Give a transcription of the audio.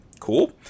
Cool